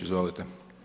Izvolite.